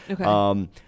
Okay